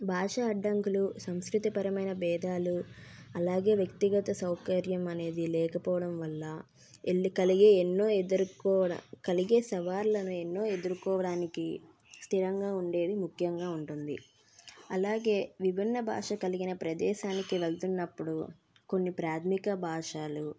భాష అడ్డంకులు సంస్కృతి పరమైన భేదాలు అలాగే వ్యక్తిగత సౌకర్యం అనేది లేకపోవడం వల్ల ఇల్లు కలిగే ఎన్నో ఎదుర్కోరా కలిగే సవాళ్ళను ఎన్నో ఎదుర్కోవడానికి స్థిరంగా ఉండేది ముఖ్యంగా ఉంటుంది అలాగే విభిన్న భాష కలిగిన ప్రదేశానికి వెళ్తున్నప్పుడు కొన్ని ప్రాథమిక భాషలు